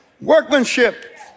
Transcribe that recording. workmanship